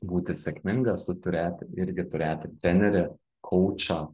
būti sėkmingas tu turėti irgi turėti trenerį kaučą